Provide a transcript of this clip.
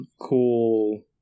cool